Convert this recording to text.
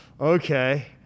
okay